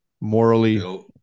morally